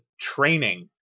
training